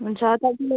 हुन्छ